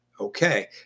Okay